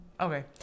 Okay